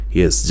yes